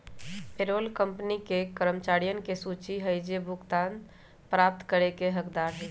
payroll company के कर्मचारियन के सूची हई जो भुगतान प्राप्त करे के हकदार हई